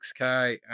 6K